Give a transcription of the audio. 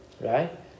right